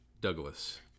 Douglas